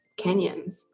Kenyans